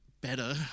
better